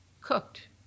cooked